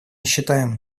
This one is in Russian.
считаем